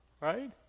Right